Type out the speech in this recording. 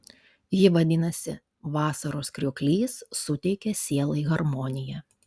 ji vadinasi vasaros krioklys suteikia sielai harmoniją